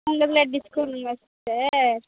உங்கள் இதில் டிஸ்கவுண்ட் உண்டா சிஸ்டர்